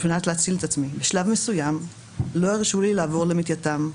בשלב מסוים לא הרשו לי לעבור למיטתם,